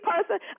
person